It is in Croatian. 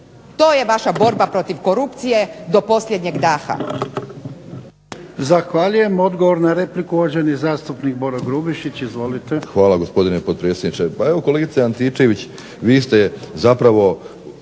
To je vaša borba protiv korupcije do posljednjeg daha.